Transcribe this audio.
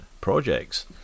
projects